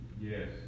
Yes